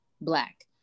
black